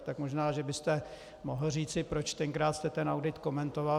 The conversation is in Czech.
Tak možná byste mohl říci, proč tenkrát jste ten audit komentoval.